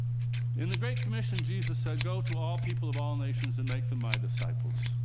in the great commission, jesus said, go to all people of all nations and make them my disciples.